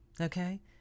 okay